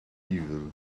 evil